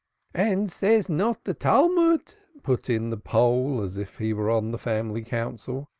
and says not the talmud, put in the pole as if he were on the family council,